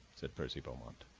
said percy beaumont.